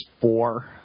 four